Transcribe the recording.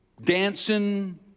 dancing